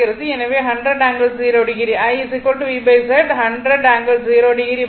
எனவே 100 ∠0o I V Z 100 ∠0o Z1 Z2 Z3